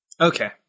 Okay